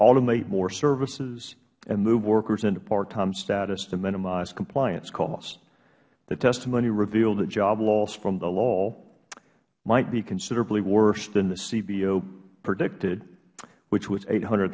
automate more services and move workers into part time status to minimize compliance costs the testimony revealed that job loss from the law might be considerably worse than the cbo predicted which was eight hundred